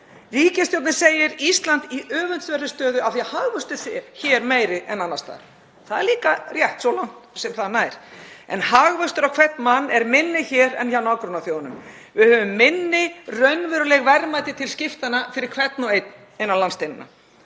Ríkisstjórnin segir Ísland í öfundsverðri stöðu af því að hagvöxtur sé meiri hér en annars staðar. Það er líka rétt svo langt sem það nær, en hagvöxtur á hvern mann er minni hér en hjá nágrannaþjóðunum. Við höfum minni raunveruleg verðmæti til skiptanna fyrir hvern og einn innan landsteinanna